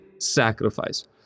sacrifice